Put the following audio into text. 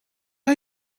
are